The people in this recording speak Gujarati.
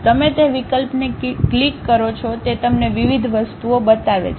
તમે તે વિકલ્પને ક્લિક કરો છો તે તમને વિવિધ વસ્તુઓ બતાવે છે